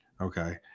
Okay